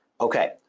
Okay